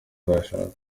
ndashaka